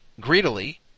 greedily